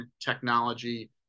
technology